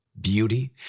beauty